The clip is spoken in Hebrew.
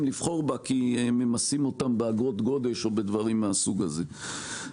לבחור בה כי ממסים אותם באגרות גודש או בדברים מהסוג הזה.